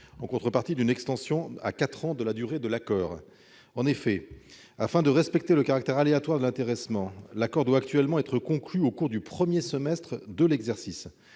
en contrepartie d'une extension à quatre ans de la durée de l'accord. En effet, afin de respecter le caractère aléatoire de l'intéressement, l'accord doit actuellement être conclu au cours du premier semestre de l'exercice.